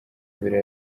mbere